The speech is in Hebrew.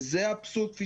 וזה האבסורד כפי